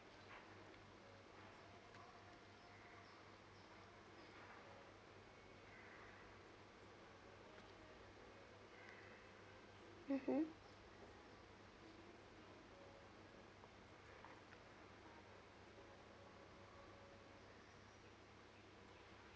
mmhmm